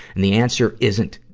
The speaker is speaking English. and the answer isn't,